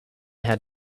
had